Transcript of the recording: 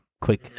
Quick